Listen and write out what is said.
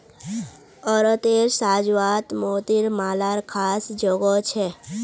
औरतेर साज्वात मोतिर मालार ख़ास जोगो छे